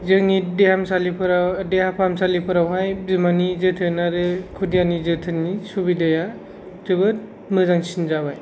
जोंनि देहाफाहामसालिफोराव बिमानि जोथोन आरो खुदियानि जोथोननि सुबिदाया जोबोद मोजांसिन जाबाय